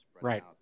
Right